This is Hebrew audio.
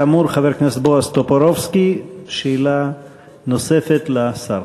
כאמור, חבר הכנסת בועז טופורובסקי שאלה נוספת לשר.